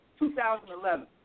2011